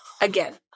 Again